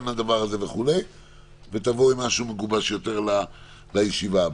הדבר הזה ותבואו עם דבר מגובש יותר לישיבה הבאה.